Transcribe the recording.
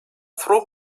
through